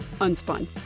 Unspun